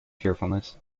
cheerfulness